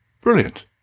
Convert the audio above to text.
Brilliant